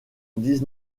dix